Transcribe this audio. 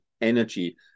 energy